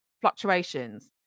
fluctuations